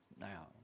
Now